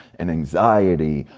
and anxiety.